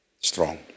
strong